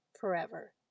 forever